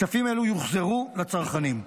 כספים אלו יוחזרו לצרכנים.